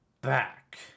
back